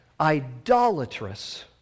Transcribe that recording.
idolatrous